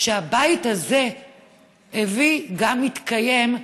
שהבית הזה הביא גם יתקיים,